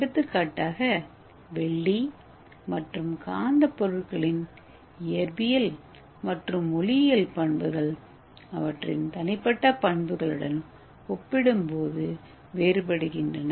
எடுத்துக்காட்டாக வெள்ளி மற்றும் காந்தப் பொருட்களின் இயற்பியல் மற்றும் ஒளியியல் பண்புகள் அவற்றின் தனிப்பட்ட பண்புகளுடன் ஒப்பிடும்போது வேறுபடுகின்றன